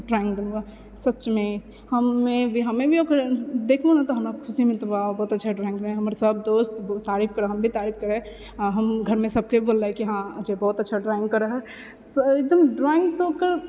drawing बनबै है सचमे हम्मे हम्मे भी ओकरा देखलोंह ने तऽ हमरा खुशी मिलले वाह ई बहुत अच्छा ड्रॉइंग हमर सब दोस्त तारीफ करै हम भी तारीफ करै हम घरमे सबकेँ बोललियै कि हँ अजय बहुत अच्छा ड्रॉइंग करै है एकदम ड्रॉइंग तऽ ओकर